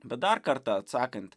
bet dar kartą atsakant